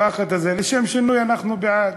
הפחד הזה, לשם שינוי אנחנו בעד.